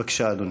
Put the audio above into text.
בבקשה, אדוני.